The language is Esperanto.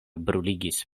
bruligis